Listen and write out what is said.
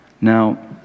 Now